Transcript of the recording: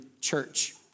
church